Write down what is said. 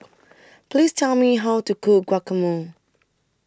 Please Tell Me How to Cook Guacamole